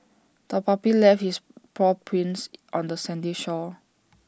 the puppy left its paw prints on the sandy shore